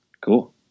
Cool